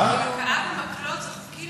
והכאה במקלות זה חוקי?